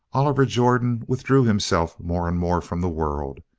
oliver jordan withdrew himself more and more from the world,